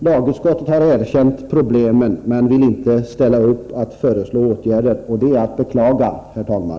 Lagutskottet har erkänt problemen men vill inte föreslå åtgärder, och det är att beklaga, herr talman.